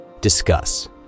Discuss